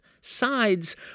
sides